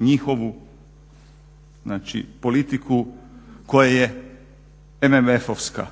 njihovu znači politiku koja je MMF-ovska.